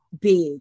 big